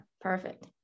perfect